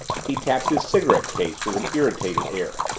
he tapped his cigarette case with an irritated air.